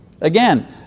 Again